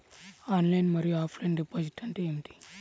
Online మరియు offline deposit అంటే ఏమిటి?